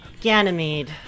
Ganymede